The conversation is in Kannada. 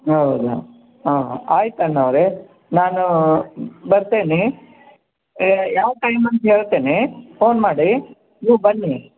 ಹೌದಾ ಹಾಂ ಆಯ್ತು ಅಣ್ಣಾವ್ರೆ ನಾನು ಬರ್ತೇನೆ ಯಾವ ಟೈಮ್ ಅಂತ ಹೇಳ್ತೀನಿ ಫೋನ್ ಮಾಡಿ ನೀವು ಬನ್ನಿ